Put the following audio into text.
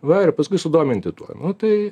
va ir paskui sudominti tuo nu tai